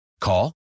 Call